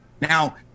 Now